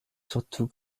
surtout